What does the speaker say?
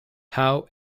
howe